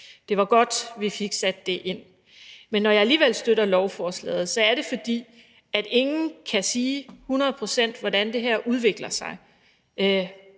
Det var godt, vi fik sat det ind. Når jeg alligevel støtter lovforslaget, er det, fordi ingen med 100 pct.s sikkerhed kan sige, hvordan det her udvikler sig.